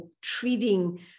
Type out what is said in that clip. treating